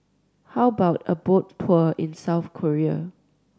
how about a boat tour in South Korea